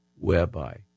whereby